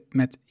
met